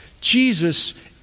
Jesus